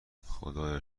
خدایا